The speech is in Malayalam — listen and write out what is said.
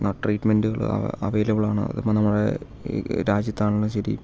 ട്രീറ്റ്മെൻറ്റുകൾ അവ അവൈലബിൾ ആണ് അതിപ്പോൾ നമ്മുടെ ഈ രാജ്യത്താണെങ്കിലും ശരി